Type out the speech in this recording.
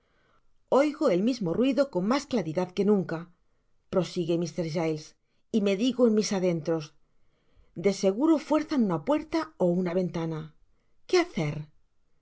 oigo el mismo ruido con mas claredad que nunca prosigue mr giles y me digo en mis adentros de seguro fuerzan una puerta ó una ventana qué hacer